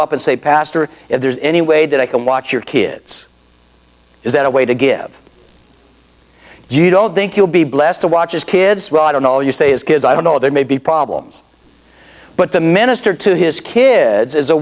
up and say pastor if there's any way that i can watch your kids is that a way to give you don't think you'll be blessed to watch as kids well i don't know all you say is i don't know there may be problems but the minister to his kids is a